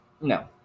No